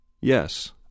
Yes